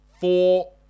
Four